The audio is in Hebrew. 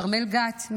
כרמל גת,